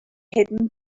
hidden